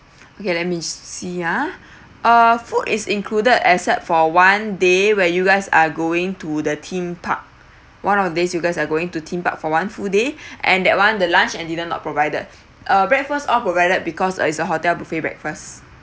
okay let me see ha uh food is included except for one day where you guys are going to the theme park one of the days you guys are going to theme park for one full day and that [one] the lunch and not provided uh breakfast all provided because is uh hotel buffet breakfast